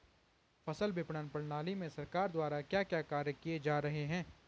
फसल विपणन प्रणाली में सरकार द्वारा क्या क्या कार्य किए जा रहे हैं?